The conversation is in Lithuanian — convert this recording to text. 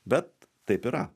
bet taip yra